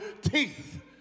teeth